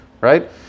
right